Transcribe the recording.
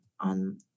on